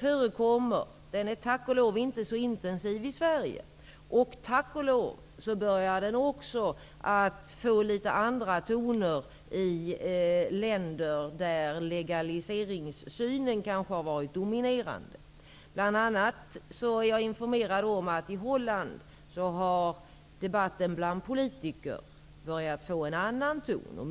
förekommer är tack och lov inte så intensiv i Sverige. Tack och lov börjar den att få litet andra toner också i länder där legaliseringssynen kanske har varit dominerande. Bl.a. är jag informerad om att debatten bland politiker i Holland börjat få en annan ton.